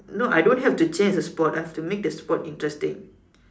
no I don't have to change the sport I have to make the sport interesting